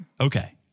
Okay